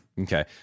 okay